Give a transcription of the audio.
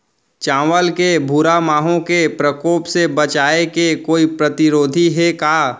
चांवल के भूरा माहो के प्रकोप से बचाये के कोई प्रतिरोधी हे का?